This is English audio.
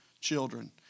children